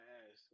ass